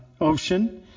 ocean